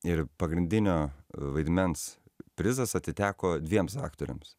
ir pagrindinio vaidmens prizas atiteko dviems aktoriams